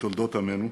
בתולדות עמנו,